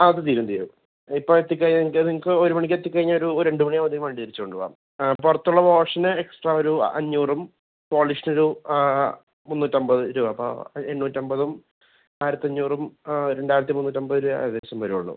ആ അത് തീരും തീരും ഇപ്പോൾ എത്തി കഴിഞ്ഞാൽ എനിക്ക് അത് നിങ്ങൾക്ക് ഒരു മണിക്ക് എത്തിക്കഴിഞ്ഞാൽ ഒരു രണ്ട് മണി ആവുമ്പത്തേന് വണ്ടി തിരിച്ച് കൊണ്ട് പോകാം പുറത്തുള്ള വാഷിന് എക്സ്ട്രാ ഒരു അഞ്ഞൂറും പോളിഷിനൊരു മുന്നൂറ്റി അൻപത് രൂപ അപ്പം എണ്ണൂറ്റി അൻപതും ആയിരത്തി അഞ്ഞൂറും രണ്ടായിരത്തി മുന്നൂറ്റി അൻപത് രൂപ ഏകദേശം വരികയുള്ളു